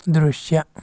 ದೃಶ್ಯ